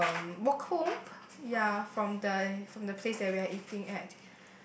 um walk home ya from the from the place we are eating at